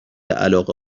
علاقه